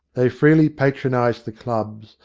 they freely patronised the clubs,